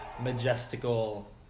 majestical